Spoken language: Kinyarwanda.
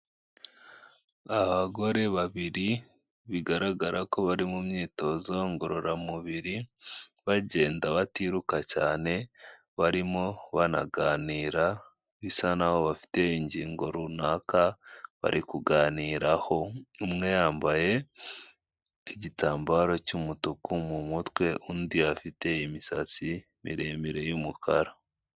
Abagore babiri bigaragara ko bari mu myitozo ngororamubiri, bagenda batiruka cyane, barimo banaganira, bisa n'aho bafite ingingo runaka bari kuganiraho, umwe yambaye igitambaro cy'umutuku mu mutwe, undi afite imisatsi miremire y'umukara.